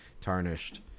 tarnished